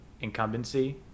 incumbency